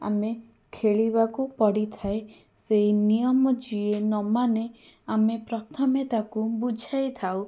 ଆମେ ଖେଳିବାକୁ ପଡ଼ିଥାଏ ସେଇ ନିୟମ ଯିଏ ନମାନେ ଆମେ ପ୍ରଥମେ ତାକୁ ବୁଝାଇଥାଉ